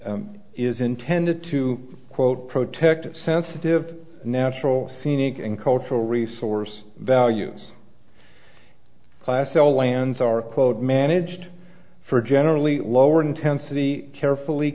is intended to quote protest sensitive natural scenic and cultural resource values class all lands are quote managed for generally lower intensity carefully